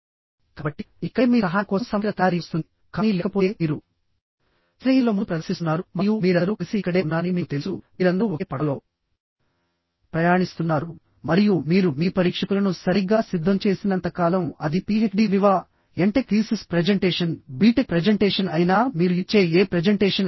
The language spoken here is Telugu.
కాబట్టి ఇక్కడే మీ సహాయం కోసం సమగ్ర తయారీ వస్తుంది కానీ లేకపోతే మీరు స్నేహితుల ముందు ప్రదర్శిస్తున్నారు మరియు మీరందరూ కలిసి ఇక్కడే ఉన్నారని మీకు తెలుసు మీరందరూ ఒకే పడవలో ప్రయాణిస్తున్నారు మరియు మీరు మీ పరీక్షకులను సరిగ్గా సిద్ధం చేసినంత కాలం అది PhD viva MTech thesis presentation BTech presentation అయినా మీరు ఇచ్చే ఏ ప్రెజెంటేషన్ అయినా